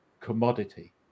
commodity